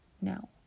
now